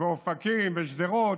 אופקים ושדרות.